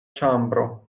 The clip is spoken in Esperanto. ĉambro